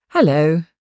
Hello